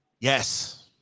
Yes